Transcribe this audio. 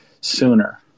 sooner